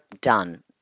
Done